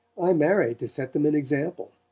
i married to set them an example!